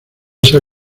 esa